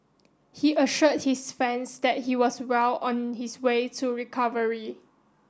he assured his fans that he was well on his way to recovery